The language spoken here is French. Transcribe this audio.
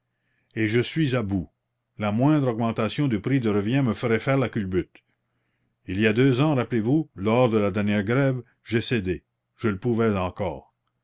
et je suis à bout la moindre augmentation du prix de revient me ferait faire la culbute il y a deux ans rappelez-vous lors de la dernière grève j'ai cédé je le pouvais encore